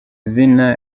izina